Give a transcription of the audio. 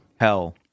Hell